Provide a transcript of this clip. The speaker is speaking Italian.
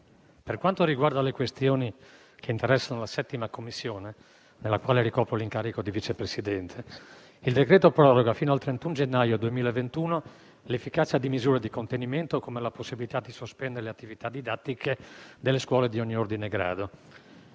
per quanto riguarda le questioni che interessano la 7a Commissione, nella quale ricopro l'incarico di Vice Presidente, il decreto al nostro esame proroga fino al 31 gennaio 2021 l'efficacia di misure di contenimento, come la possibilità di sospendere le attività didattiche delle scuole di ogni ordine e grado.